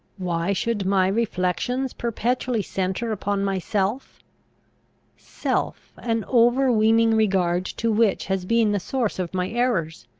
why should my reflections perpetually centre upon myself self, an overweening regard to which has been the source of my errors!